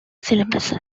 syllables